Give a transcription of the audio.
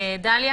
דליה